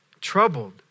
Troubled